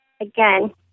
again